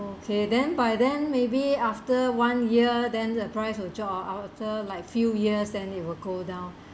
okay then by then maybe after one year then the price will drop ah after like few years then it will go down